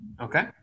Okay